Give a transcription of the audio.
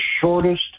shortest